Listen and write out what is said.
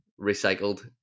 recycled